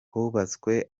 hubatswe